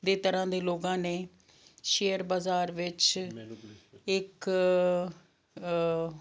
ਦੀ ਤਰ੍ਹਾਂ ਦੇ ਲੋਕਾਂ ਨੇ ਸ਼ੇਅਰ ਬਜ਼ਾਰ ਵਿੱਚ ਇੱਕ